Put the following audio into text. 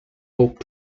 hope